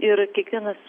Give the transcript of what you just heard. ir kiekvienas